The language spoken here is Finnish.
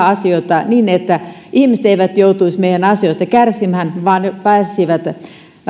asioita niin että ihmiset eivät joutuisi meidän asioistamme kärsimään vaan pääsisivät